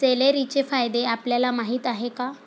सेलेरीचे फायदे आपल्याला माहीत आहेत का?